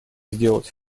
сделать